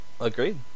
Agreed